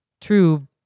true